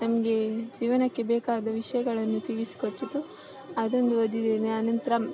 ನಮಗೆ ಜೀವನಕ್ಕೆ ಬೇಕಾದ ವಿಷಯಗಳನ್ನು ತಿಳಿಸಿಕೊಟ್ಟಿತು ಅದೊಂದು ಓದಿದ್ದೇನೆ ಆನಂತರ